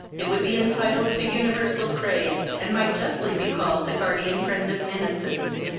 it would be entitled to universal praise, and might justly be called the guardian-friend of innocence,